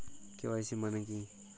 KYC মানে কী?